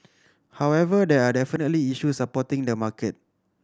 however there are definitely issues supporting the market